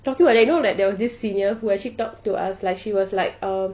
talking about that you know that there was this senior who actually talked to us like she was like um